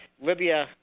Libya